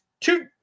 two